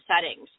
settings